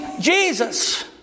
Jesus